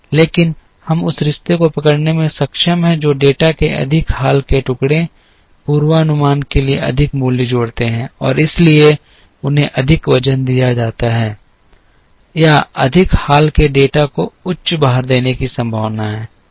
लेकिन हम उस रिश्ते को पकड़ने में सक्षम हैं जो डेटा के अधिक हाल के टुकड़े पूर्वानुमान के लिए अधिक मूल्य जोड़ते हैं और इसलिए उन्हें अधिक वजन दिया जाता है या अधिक हाल के डेटा को उच्च भार देने की संभावना है